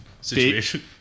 situation